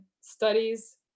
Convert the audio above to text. studies